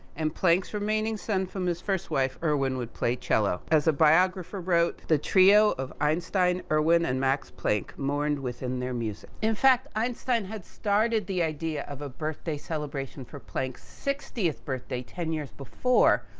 and, planck's remaining son from his first wife, erwin, would play cello. as a biographer wrote, the trio of einstein, erwin and max planck, mourned within their music. in fact, einstein had started the idea of a birthday celebration for planck's sixtieth birthday, ten years before,